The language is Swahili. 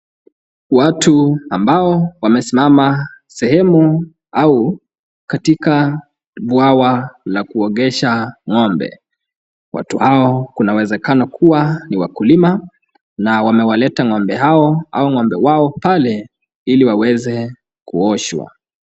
Watu ambao wamesimama sehemu au katika bwawa la kuogesha ng'ombe, watu hao kuna uwezekano kuwa ni wakulima na wamewaleta ng'ombe hao pale iliwaweze kuoshwa.